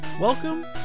Welcome